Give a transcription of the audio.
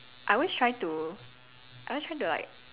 I always try to I always try to like